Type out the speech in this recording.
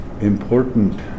important